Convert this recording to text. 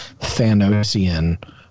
Thanosian